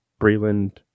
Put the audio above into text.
Breland